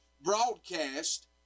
broadcast